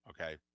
Okay